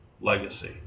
legacy